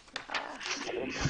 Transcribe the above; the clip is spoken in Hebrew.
המתנ"סים.